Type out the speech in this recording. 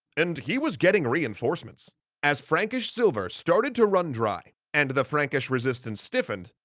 and he was getting reinforcements as frankish silver started to run dry, and the frankish resistance stiffened,